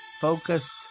focused